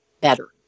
better